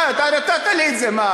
אתה נתת לי את זה.